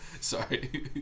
Sorry